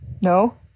No